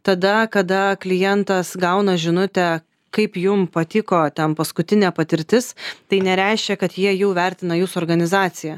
tada kada klientas gauna žinutę kaip jum patiko ten paskutinė patirtis tai nereiškia kad jie jau vertina jūsų organizaciją